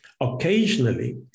Occasionally